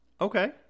Okay